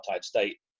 state